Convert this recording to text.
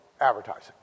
Advertising